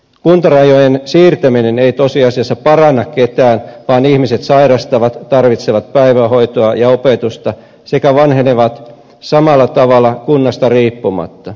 kuntarajojen siirtäminen ei tosiasiassa paranna ketään vaan ihmiset sairastavat tarvitsevat päivähoitoa ja opetusta sekä vanhenevat samalla tavalla kunnasta riippumatta